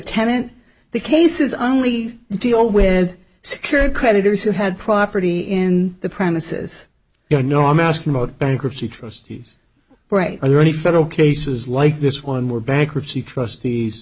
tenant the case is only deal with secured creditors who had property in the premises you know i'm asking about bankruptcy trustees right are there any federal cases like this one where bankruptcy trustee